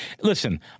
listen